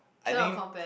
I think